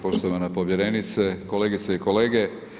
Poštovana povjerenice, kolegice i kolege.